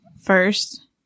first